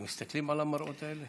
מסתכלים על המראות האלה?